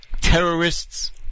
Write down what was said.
terrorists